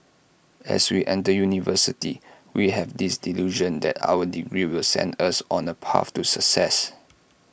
as we enter university we have this delusion that our degree will send us on A path to success